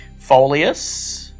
Folius